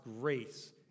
grace